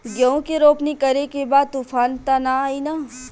गेहूं के रोपनी करे के बा तूफान त ना आई न?